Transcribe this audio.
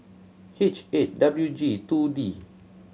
H eight W G Two D